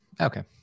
okay